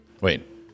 Wait